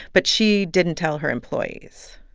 but she didn't tell her employees